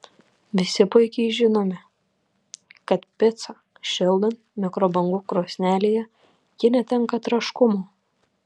visi puikiai žinome kad picą šildant mikrobangų krosnelėje ji netenka traškumo